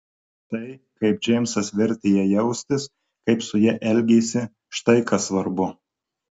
tai kaip džeimsas vertė ją jaustis kaip su ja elgėsi štai kas svarbu